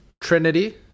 Trinity